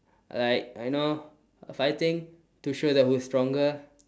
like I know fighting to show that who's stronger